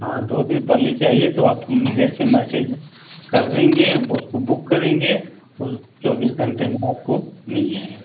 हाँ दो दिन पहले चाहिए तो आप जैसे मैसेज कर देंगे उसको बुक करेंगे उस चौबीस घंटे में आपको मिल जाएगा